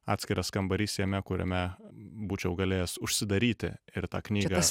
atskiras kambarys jame kuriame būčiau galėjęs užsidaryti ir tą knygą